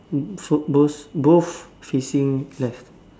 both both facing left